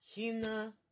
Hina